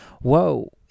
whoa